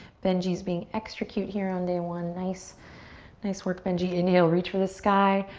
benji's being extra cute here on day one. nice nice work, benji. inhale, reach for the sky.